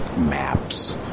maps